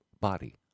body